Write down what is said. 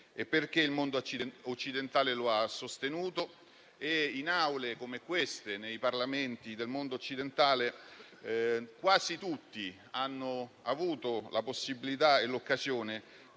e perché il mondo occidentale lo ha sostenuto e in Aule come queste e nei Parlamenti del mondo occidentale quasi tutti hanno avuto la possibilità e l'occasione